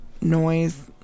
noise